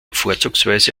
vorzugsweise